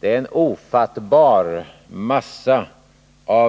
Det är en ofattbar massa